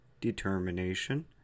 Determination